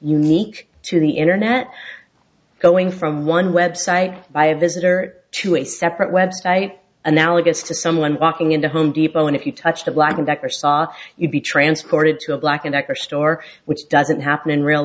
unique to the internet going from one web site by a visitor to a separate website analogous to someone walking into a home depot and if you touch the black and decker saw you be transported to a black and decker store which doesn't happen in real